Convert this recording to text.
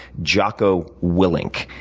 jocko willink,